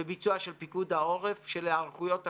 בביצוע של פיקוד העורף, של היערכויות אחרות,